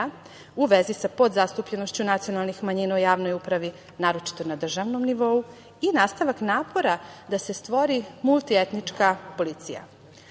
u vezi sa podzastupljenošću nacionalnih manjina u javnoj upravi, naročito na državnom nivou i nastavak napora da se stvori multietnička policija.U